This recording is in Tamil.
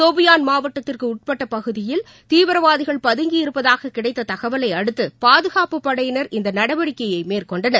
சோபியான் மாவட்டத்திற்குஉட்பட்டபகுதியில் தீவிரவாதிகள் பதங்கியிருப்பதாககிடைத்ததகவலைஅடுத்துபாதுகாப்புப் படையினர் இந்தநடவடிக்கையை மேற்கொண்டனர்